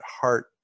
heart